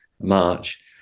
March